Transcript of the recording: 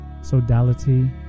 sodality